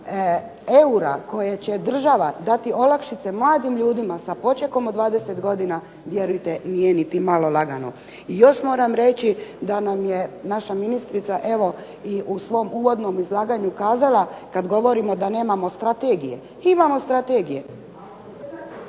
eura koje će država dati olakšice mladim ljudima sa počekom od 20 godina vjerujte nije niti malo lagano. I još moram reći da nam je naša ministrica evo i u svom uvodnom izlaganju kazala, kad govorimo da nemamo strategije, imamo strategije.